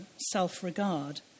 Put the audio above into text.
self-regard